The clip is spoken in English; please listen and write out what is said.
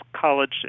college